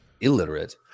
illiterate